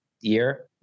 year